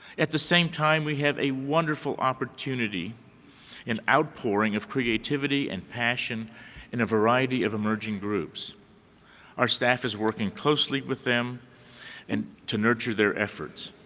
at the same time, we have a wonderful opportunity in outpouring of creativity and passion in a variety of emerging our staff is working closely with them and to nurture their efforts.